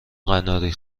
قناری